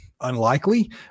unlikely